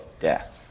death